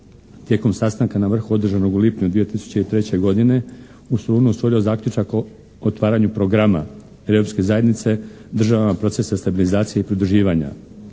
vijeće na sastanku na vrhu održano 2003. godine u Solunu usvojilo zaključak o otvaranju programa Europske zajednice državama procesa stabilizacije i pridruživanja